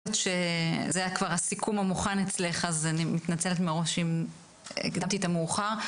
שזה כבר הסיכום המוכן אצלך אז אני מתנצלת מראש אם הקדמתי את המאוחר.